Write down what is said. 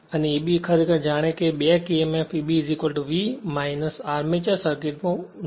અને Eb ખરેખર જાણે કે back Emf Eb V armature સર્કિટમાં ડ્રોપ